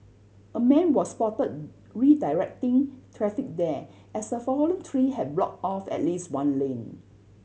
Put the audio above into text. a man was spotted redirecting traffic there as the fallen tree had blocked off at least one lane